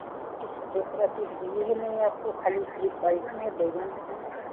और तो कुछ दूसरी चीज़ है ही नहीं आपको खाली सिर्फ बैगन है बैगन नहीं लेना है